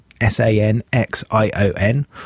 S-A-N-X-I-O-N